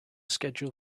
schedule